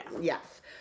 Yes